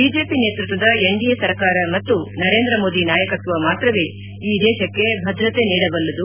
BJP ನೇತೃತ್ವದ NDA ಸರ್ಕಾರ ಮತ್ತು ನರೇಂದ್ರ ಮೋದಿ ನಾಯಕತ್ವ ಮಾತ್ರವೇ ಈ ದೇಶಕ್ಕೆ ಭದ್ರತೆ ನೀಡಬಲ್ಲದು